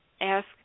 ask